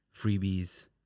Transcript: freebies